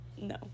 no